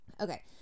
Okay